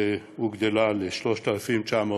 והיא הוגדלה ל-3,960.